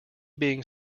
being